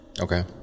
Okay